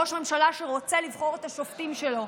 ראש ממשלה שרוצה לבחור את השופטים שלו.